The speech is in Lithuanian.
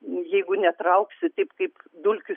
jeigu netrauksi taip kaip dulkių